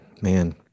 Man